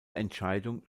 entscheidung